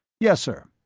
yes, sir,